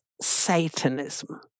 Satanism